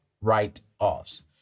write-offs